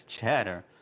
chatter